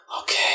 okay